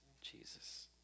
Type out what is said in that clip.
Jesus